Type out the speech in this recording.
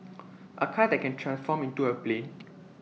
A car that can transform into A plane